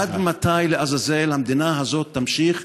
עד מתי, לעזאזל, המדינה הזאת תמשיך